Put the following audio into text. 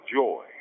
joy